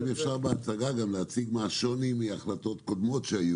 אם אפשר בהצגה גם להציג מה השוני מהחלטות קודמות שהיו